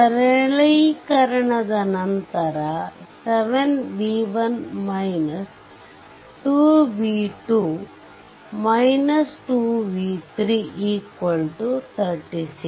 ಸರಳೀಕರಣದ ನಂತರ 7 v1 2 v2 2 v3 36